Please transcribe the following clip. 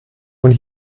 und